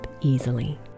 easily